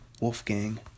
Wolfgang